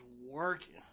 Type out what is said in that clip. working